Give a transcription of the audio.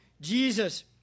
Jesus